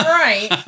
right